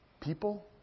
people